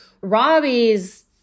Robbie's